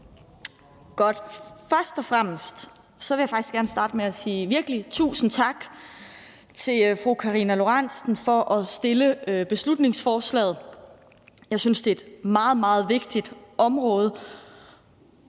Først og fremmest vil jeg faktisk gerne starte med virkelig at sige tusind tak til fru Karina Lorentzen Dehnhardt for at fremsætte beslutningsforslaget. Jeg synes, det er et meget, meget vigtigt område,